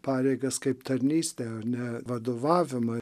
pareigas kaip tarnystę o ne vadovavimą